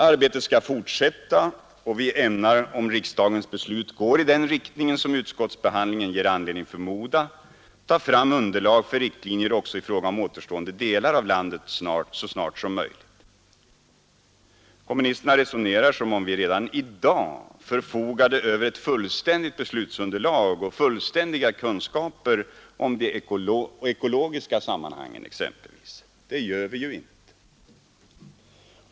Arbetet skall fortsätta och vi ämnar, om riksdagens beslut går i den riktningen som utskottsbehandlingen ger anledning förmoda, ta fram underlag för riktlinjer också i fråga om återstående delar av landet så snart det är möjligt. Kommunisterna resonerar som om vi redan i dag förfogade över ett fullständigt beslutsunderlag och fullständiga kunskaper om exempelvis de ekologiska sammanhangen. Det gör vi ju inte.